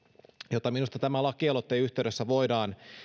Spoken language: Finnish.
jota minusta tämän lakialoitteen yhteydessä voidaan